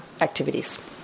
activities